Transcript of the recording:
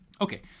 Okay